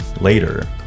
later